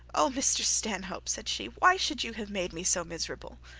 oh, mr stanhope said she, why should you have made me so miserable?